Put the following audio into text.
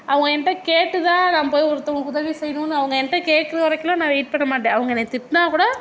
அவங்க என்ட்ட கேட்டுதான் நான் போய் ஒருத்தங்களுக்கு உதவி செய்யணும்னு அவங்க என்ட்ட கேக்கிற வரைக்குலாம் நான் வெயிட் பண்ண மாட்டேன் அவங்க என்னை திட்டினா கூட